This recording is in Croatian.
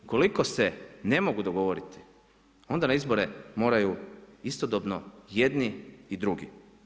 Ukoliko se ne mogu dogovoriti, onda na izbore moraju istodobno jedni i drugi.